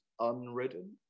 unridden